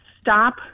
stop